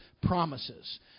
promises